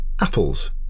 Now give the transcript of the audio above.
Apples